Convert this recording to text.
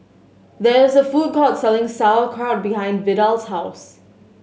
there is a food court selling Sauerkraut behind Vidal's house